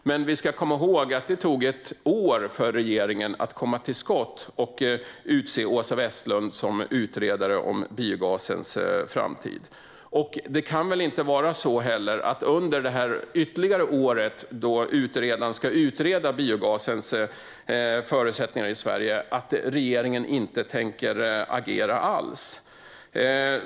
Vi ska dock komma ihåg att det tog ett år för regeringen att komma till skott och utse Åsa Westlund till utredare av biogasens framtid. Det kan väl inte vara så under detta ytterligare år då utredaren ska utreda biogasens förutsättningar att regeringen inte tänker agera alls?